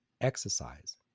exercise